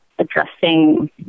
addressing